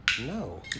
No